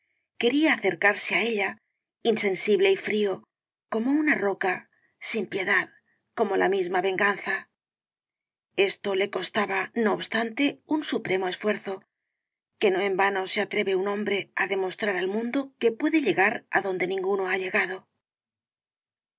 quería acercarse á ella insensible y frío como una roca sin piedad como la misma venganza esto le costaba no obstante un supremo esfuerzo que no en vano se atreve un hombre á demostrar al mundo que puede llegar adonde ninguno ha llegado